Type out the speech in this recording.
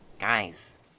Guys